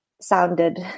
sounded